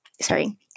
Sorry